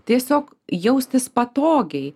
tiesiog jaustis patogiai